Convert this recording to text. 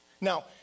Now